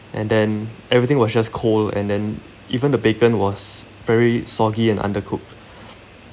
and then everything was just cold and then even the bacon was very soggy and undercooked